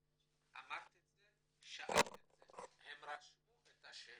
אמרת את זה, שאלת את זה והם רשמו את השאלות.